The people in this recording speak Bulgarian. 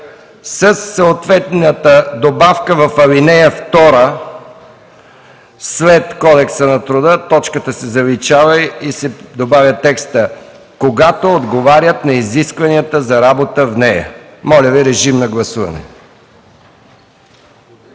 съответната добавка в ал. 2 след „Кодекса на труда”, точката се заличава и се добавя текстът: „когато отговарят на изискванията за работа в нея”. Моля, гласувайте.